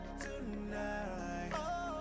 tonight